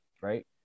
right